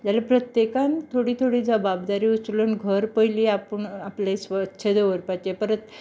जाल्यार प्रत्येकान थोडी थोडी जबाबदारी उचलून घर पयली आपूण आपलें स्वच्छ दवरपाचें परत